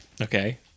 Okay